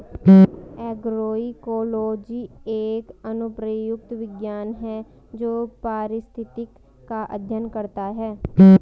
agroecology एक अनुप्रयुक्त विज्ञान है जो पारिस्थितिक का अध्ययन करता है